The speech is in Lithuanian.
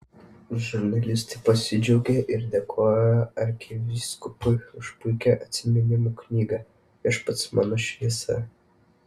žurnalistai pasidžiaugė ir dėkojo arkivyskupui už puikią atsiminimų knygą viešpats mano šviesa